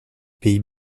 pays